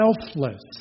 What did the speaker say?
selfless